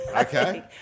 Okay